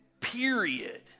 period